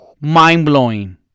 Mind-blowing